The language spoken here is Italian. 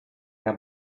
era